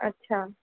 अच्छा